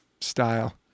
style